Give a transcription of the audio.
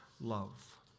love